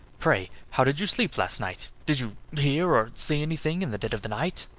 pray how did you sleep last night? did you hear or see anything in the dead of the night?